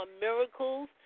miracles